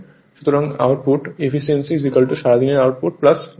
সুতরাং output efficiency সারাদিন এর আউটপুট লস